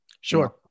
Sure